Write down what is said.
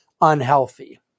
unhealthy